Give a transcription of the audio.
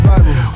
Bible